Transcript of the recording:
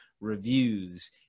reviews